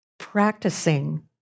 practicing